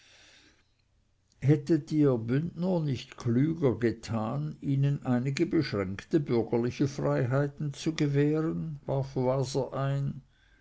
hättet ihr bündner nicht klüger getan ihnen einige beschränkte bürgerliche freiheiten zu gewähren warf waser ein